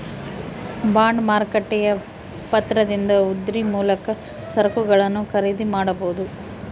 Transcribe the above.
bond ಮಾರುಕಟ್ಟೆಯ ಪತ್ರದಿಂದ ಉದ್ರಿ ಮೂಲಕ ಸರಕುಗಳನ್ನು ಖರೀದಿ ಮಾಡಬೊದು